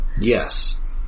Yes